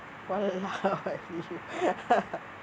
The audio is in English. why you laugh at me